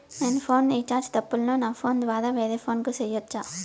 నేను phone recharge తప్పులను నా ఫోను ద్వారా వేరే ఫోను కు సేయొచ్చా?